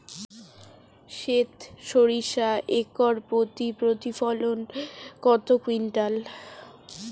সেত সরিষা একর প্রতি প্রতিফলন কত কুইন্টাল?